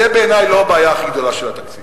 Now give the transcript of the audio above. זו, בעיני, לא הבעיה הכי גדולה של התקציב.